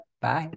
Bye